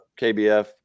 kbf